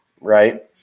right